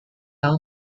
town